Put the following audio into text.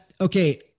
okay